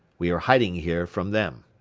we are hiding here from them.